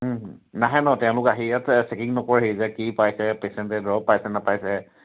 নাহে ন তেওঁলোকে আহি ইয়াত চেকিং নকৰেহি যে কি পাইছে পেচেণ্টে ধৰক পাইছে নাপাইছে